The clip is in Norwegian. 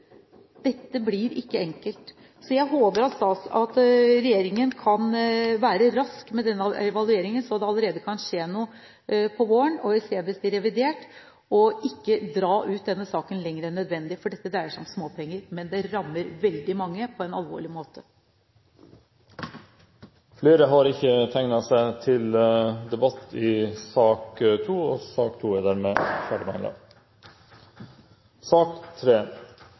Dette blir ikke enkelt. Jeg håper at regjeringen kan være rask med denne evalueringen, så det kan skje noe allerede til våren, senest i revidert nasjonalbudsjett, og ikke dra ut denne saken lenger enn nødvendig. Dette dreier seg om småpenger, men det rammer veldig mange på en alvorlig måte. Flere har ikke bedt om ordet til sak nr. 2. Hvis man skal ha et sikkerhetsnett, er